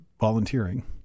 volunteering